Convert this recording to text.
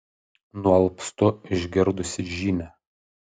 nualpstu išgirdusi žinią